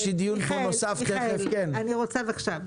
מיכאל, אני רוצה בבקשה.